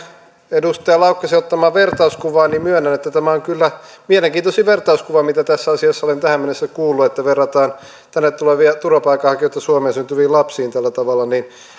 edustaja laukkasen ottamaan vertauskuvaan niin myönnän että tämä on kyllä mielenkiintoisin vertauskuva mitä tässä asiassa olen tähän mennessä kuullut että verrataan tänne tulevia turvapaikanhakijoita suomeen syntyviin lapsiin tällä tavalla